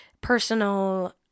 personal